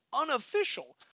unofficial